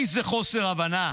איזה חוסר הבנה.